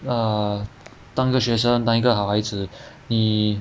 err 当一个学生当一个好孩子你